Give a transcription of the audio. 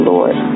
Lord